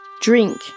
Drink